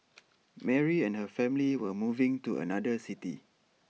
Mary and her family were moving to another city